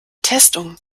testung